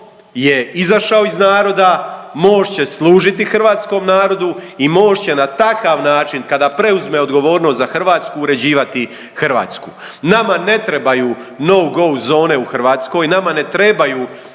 je izašao iz naroda, Most će služiti hrvatskom narodu i Most će na takav način kada preuzme odgovornost za Hrvatsku uređivati Hrvatsku. Nama ne trebaju no-go zone u Hrvatskoj, nama ne trebaju